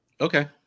okay